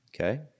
Okay